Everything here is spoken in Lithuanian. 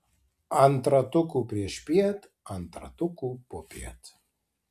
ant ratukų priešpiet ant ratukų popiet